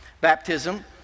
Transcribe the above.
Baptism